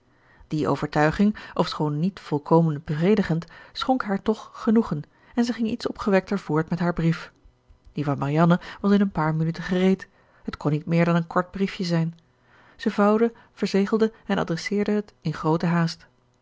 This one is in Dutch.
die overtuiging ofschoon niet volkomen bevredigend schonk haar toch genoegen en zij ging iets opgewekter voort met haar brief die van marianne was in een paar minuten gereed het kon niet meer dan een kort briefje zijn zij vouwde verzegelde en adresseerde het in groote haast